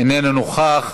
איננו נוכח,